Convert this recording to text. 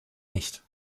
nicht